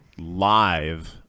live –